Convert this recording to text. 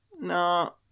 no